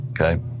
okay